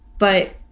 but,